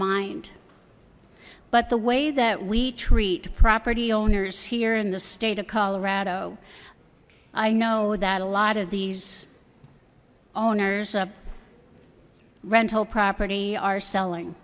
mind but the way that we treat property owners here in the state of colorado i know that a lot of these owners of rental property are selling